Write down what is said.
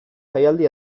jaialdi